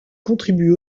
contribue